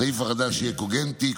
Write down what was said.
הסעיף החדש יהיה קוגנטי,